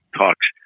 talks